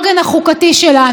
אם את כופרת בזה,